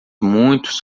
muitos